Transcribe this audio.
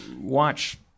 watch